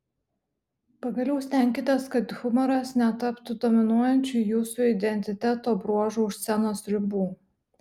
pagaliau stenkitės kad humoras netaptų dominuojančių jūsų identiteto bruožu už scenos ribų